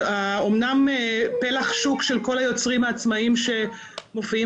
אמנם פלח השוק של כל היוצרים העצמאיים שמופיעים